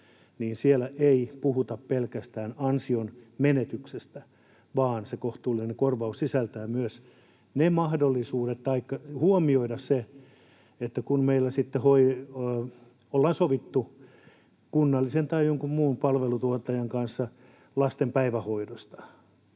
niin siellä ei puhuta pelkästään ansionmenetyksestä, vaan se kohtuullinen korvaus sisältää myös mahdollisuuden huomioida sen, että kun meillä sitten ollaan sovittu kunnallisen tai jonkun muun palvelutuottajan kanssa lasten päivähoidosta,